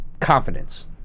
confidence